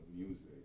Music